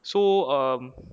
so um